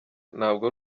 ntabwo